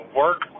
work